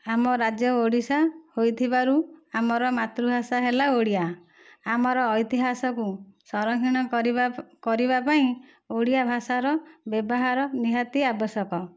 ଆମ ରାଜ୍ୟ ଓଡ଼ିଶା ହୋଇଥିବାରୁ ଆମର ମାତୃଭାଷା ହେଲା ଓଡ଼ିଆ ଆମର ଐତିହାସ କୁ ସଂରକ୍ଷଣ କରିବାକୁ କରିବା ପାଇଁ ଓଡ଼ିଆ ଭାଷାର ବ୍ୟବହାର ନିହାତି ଆବଶ୍ୟକ